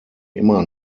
immer